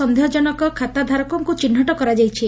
ସନ୍ଦେହଜନକ ଖାତା ଧାରକଙ୍କୁ ଚିହ୍ବଟ କରାଯାଇଛି